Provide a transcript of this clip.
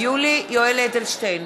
יולי יואל אדלשטיין,